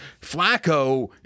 Flacco